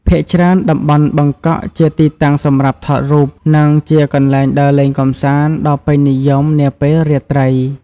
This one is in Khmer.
ភាគច្រើន តំបន់បឹកកក់ជាទីតាំងសម្រាប់ថតរូប និងជាកន្លែងដើរលេងកម្សាន្តដ៏ពេញនិយមនាពេលរាត្រី។